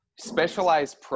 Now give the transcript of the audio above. specialized –